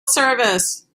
service